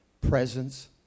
presence